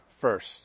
first